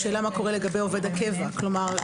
השאלה מה קורה לגבי עובד הקבע כאשר